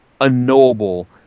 unknowable